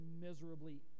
miserably